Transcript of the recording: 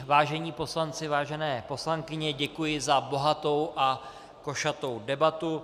Vážení poslanci, vážené poslankyně, děkuji za bohatou a košatou debatu.